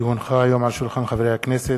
כי הונחה היום על שולחן חברי הכנסת,